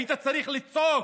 היית צריך לצעוק,